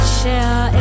share